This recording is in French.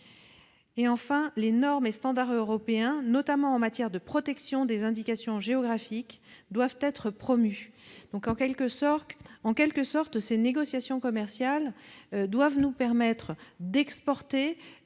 Enfin, les normes et les standards européens, notamment en matière de protection des indications géographiques, doivent être promus. Ces négociations commerciales doivent nous permettre d'exporter